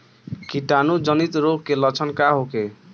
कीटाणु जनित रोग के लक्षण का होखे?